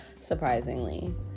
Surprisingly